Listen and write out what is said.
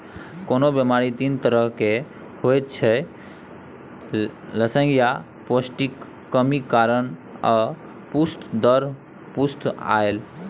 कोनो बेमारी तीन तरहक होइत छै लसेंगियाह, पौष्टिकक कमी कारणेँ आ पुस्त दर पुस्त आएल